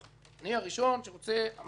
אני הראשון אמרתי לניסן,